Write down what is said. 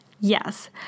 Yes